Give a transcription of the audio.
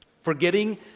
forgetting